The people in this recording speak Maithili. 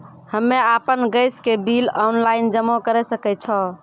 हम्मे आपन गैस के बिल ऑनलाइन जमा करै सकै छौ?